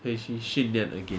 可以去训练 again